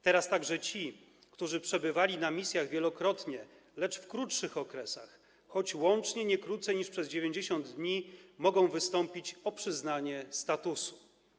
Teraz także ci, którzy przebywali na misjach wielokrotnie, lecz w krótszych okresach, choć łącznie nie krócej niż przez 90 dni, mogą wystąpić o przyznanie statusu.